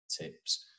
tips